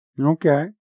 Okay